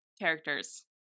characters